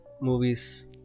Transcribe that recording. movies